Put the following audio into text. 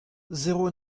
zéro